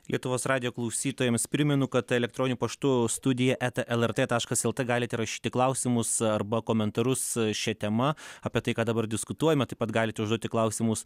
lietuvos radijo klausytojams primenu kad elektroniniu paštu studija eta lrt taškas lt galite rašyti klausimus arba komentarus šia tema apie tai ką dabar diskutuojame taip pat galite užduoti klausimus